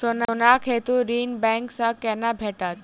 सोनाक हेतु ऋण बैंक सँ केना भेटत?